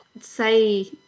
say